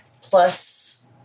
plus